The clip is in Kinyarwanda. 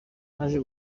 naje